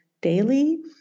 daily